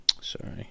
sorry